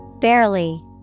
Barely